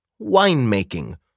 winemaking